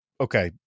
okay